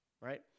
right